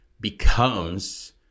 becomes